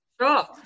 Sure